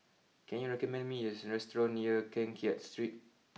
can you recommend me a restaurant near Keng Kiat Street